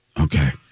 Okay